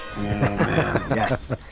Yes